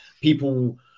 People